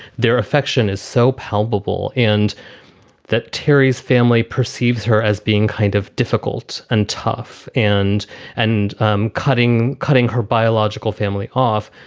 their affection is so palpable and that terry's family perceives her as being kind of difficult and tough and and um cutting cutting her biological family off.